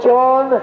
John